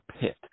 pit